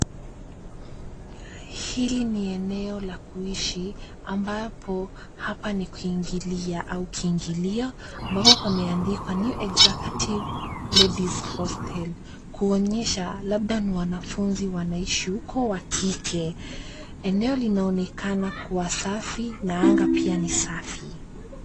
Hili ni eneo la kuishi ambapo hapa ni kuingilia au kiingilio ambapo pameandikwa New Executive Ladies Hostel kuonyesha labda ni wanafunzi wanaishi huko wa kike. Eneo linaonekana kuwa safi na anga pia ni safi.